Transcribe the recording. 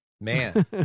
man